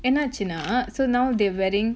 என்னாச்சுனா:ennaachunaa so now they wearing